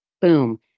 boom